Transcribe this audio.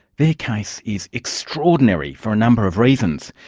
their case is extraordinary for a number of reasons.